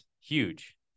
huge